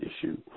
issue